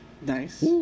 nice